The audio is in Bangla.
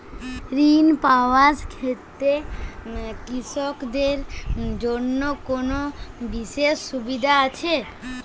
ঋণ পাওয়ার ক্ষেত্রে কৃষকদের জন্য কোনো বিশেষ সুবিধা আছে?